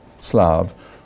Slav